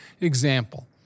Example